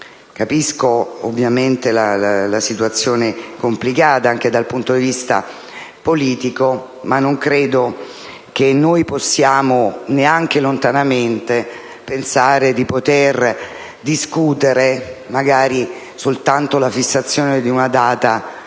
Capisco la situazione complicata anche dal punto di vista politico, ma non credo che noi possiamo neanche lontanamente pensare di poter discutere anche solo la fissazione della data